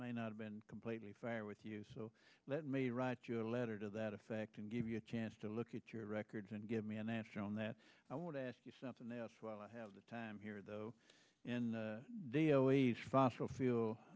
y not have been completely fair with you so let me write your letter to that effect and give you a chance to look at your records and give me an answer on that i want to ask you something else while i have the time here though in the fossil feel